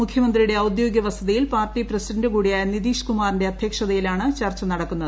മുഖ്യമന്ത്രിയുടെ ഔദ്യോഗിക വസതിയിൽ പാർട്ടി പ്രസിഡന്റുകൂടിയായ നിതീഷ് കുമാറിന്റെ അധ്യക്ഷതയിലാണ് ചർച്ച നടക്കുന്നത്